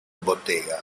bottega